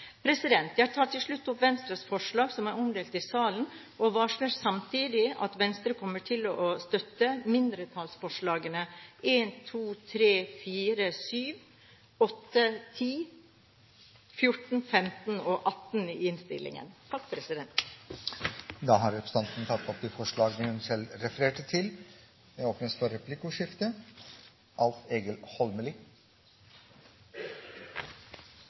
Jeg tar til slutt opp Venstres forslag som er omdelt i salen, og varsler samtidig at Venstre kommer til å støtte mindretallsforslagene nr. 1, 2, 3, 4, 7, 8, 10, 14, 15 og 18 i innstillingen. Representanten Borghild Tenden har tatt opp de forslagene hun refererte til. Det blir replikkordskifte.